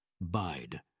Bide